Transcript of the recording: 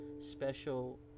special